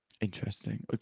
interesting